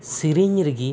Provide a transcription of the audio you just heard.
ᱥᱮᱨᱮᱧ ᱨᱮᱜᱮ